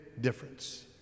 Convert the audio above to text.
Difference